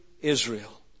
Israel